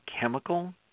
chemical